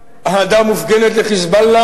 עם סוריה, אהדה מופגנת ל"חיזבאללה",